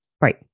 Right